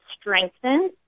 strengthened